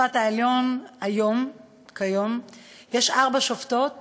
בבית-המשפט העליון כיום יש ארבע שופטות